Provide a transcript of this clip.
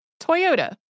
Toyota